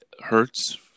hertz